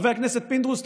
חבר הכנסת פינדרוס,